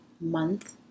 month